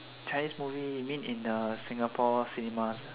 chinese movie you mean in Singapore cinemas ah